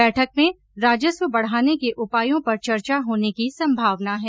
बैठक में राजस्व बढाने के उपायों पर चर्चा होने की संभावना है